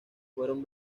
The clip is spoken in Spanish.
fueron